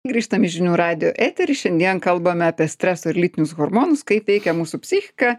grįžtam į žinių radijo eterį šiandien kalbame apie streso ir lytinius hormonus kaip veikia mūsų psichiką